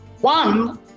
One